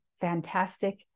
fantastic